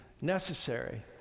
necessary